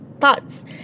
thoughts